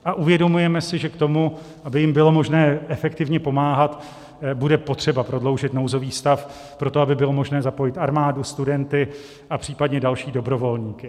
A uvědomujeme si, že k tomu, aby jim bylo možné efektivně pomáhat, bude potřeba prodloužit nouzový stav pro to, aby bylo možné zapojit armádu, studenty a případně další dobrovolníky.